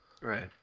Right